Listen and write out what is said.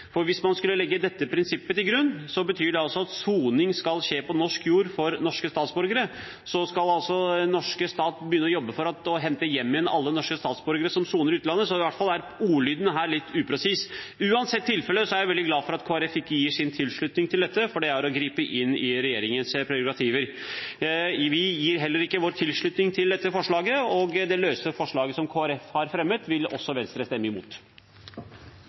domstoler. Hvis man skulle legge dette prinsippet til grunn, betyr det at soning skal skje på norsk jord for norske statsborgere. Den norske stat skal altså begynne å hente hjem igjen alle norske statsborgere som soner i utlandet. I hvert fall er ordlyden her litt upresis. Uansett tilfelle er jeg veldig glad for at Kristelig Folkeparti ikke gir sin tilslutning til dette, for det er å gripe inn i regjeringens prerogativer. Heller ikke vi gir vår tilslutning til dette forslaget, og det løse forslaget som Kristelig Folkeparti har fremmet, vil Venstre også stemme imot.